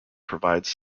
provides